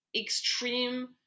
extreme